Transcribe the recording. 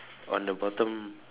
on the bottom